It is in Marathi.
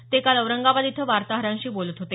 ते काल औरंगाबाद इथं वार्ताहरांशी बोलत होते